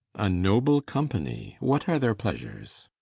a noble company what are their pleasures?